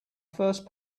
first